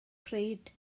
pryd